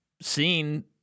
seen